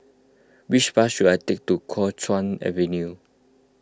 which bus should I take to Kuo Chuan Avenue